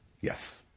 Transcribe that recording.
yes